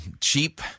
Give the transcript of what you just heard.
cheap